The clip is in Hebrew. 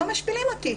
לא משפילים אותי.